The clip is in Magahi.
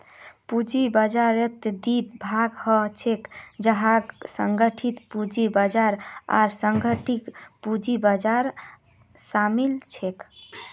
पूंजी बाजाररेर दी भाग ह छेक जहात संगठित पूंजी बाजार आर असंगठित पूंजी बाजार शामिल छेक